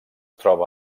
troba